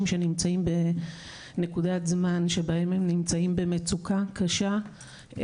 שנמצאים בנקודת זמן שבהם הם נמצאים במצוקה קשה,